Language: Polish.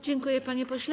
Dziękuję, panie pośle.